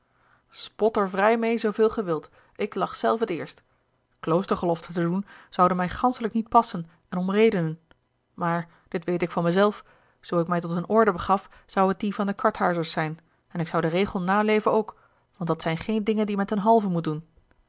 er vrij meê zooveel gij wilt ik lach zelf het eerst kloostergeloften te doen zoude mij ganschelijk niet passen en om redenen maar dit wete ik van mij zelf zoo ik mij tot eene orde begaf zou het die van de karthuizers zijn en ik zou den regel naleven ook want dat zijn geen dingen die men ten halve moet doen